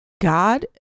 God